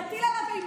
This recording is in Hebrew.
יעשה שימוש לרעה